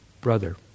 brother